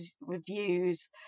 reviews